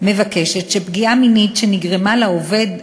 מבקשת שפגיעה מינית שנגרמה לעובד,